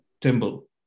temple